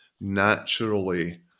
naturally